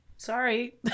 Sorry